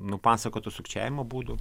nupasakotų sukčiavimo būdų